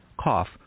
cough